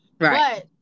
Right